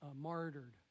martyred